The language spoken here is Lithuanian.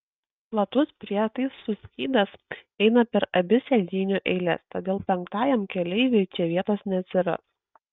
platus prietaisų skydas eina per abi sėdynių eiles todėl penktajam keleiviui čia vietos neatsiras